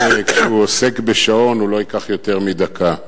הוא עוסק בשעון, והוא לא ייקח יותר מדקה.